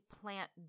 plant